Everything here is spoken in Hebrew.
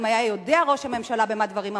אם היה יודע ראש הממשלה במה דברים אמורים,